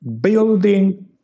building